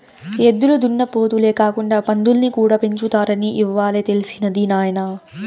ఎద్దులు దున్నపోతులే కాకుండా పందుల్ని కూడా పెంచుతారని ఇవ్వాలే తెలిసినది నాయన